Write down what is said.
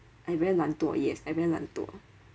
I very 懒惰 yes I very 懒惰